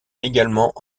également